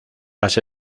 las